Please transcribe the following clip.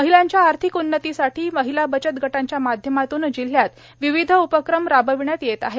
महिलांच्या आर्थिक उन्नतीसाठी महिला बचत गटांच्या माध्यमातून जिल्ह्यात विविध उपक्रम राबविण्यात येत आहेत